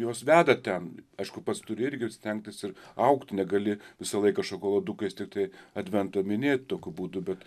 jos veda ten aišku pats turi irgi stengtis ir augt negali visą laiką šokoladukais tiktai advento minėt tokiu būdu bet